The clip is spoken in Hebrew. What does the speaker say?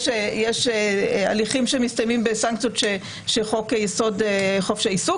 יש הליכים שמסתיימים בסנקציות שחוק-יסוד: חופש העיסוק,